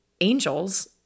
angels